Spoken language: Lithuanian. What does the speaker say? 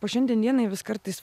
po šiandien dienai vis kartais